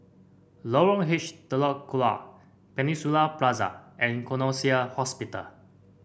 Lorong H Telok Kurau Peninsula Plaza and Connexion Hospital